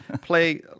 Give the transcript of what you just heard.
play